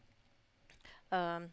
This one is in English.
um